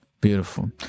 Beautiful